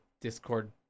discord